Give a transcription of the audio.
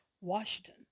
Washington